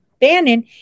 Bannon